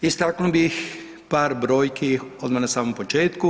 Istaknuo bih par brojki odma na samom početku.